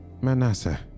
Manasseh